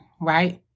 Right